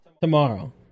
Tomorrow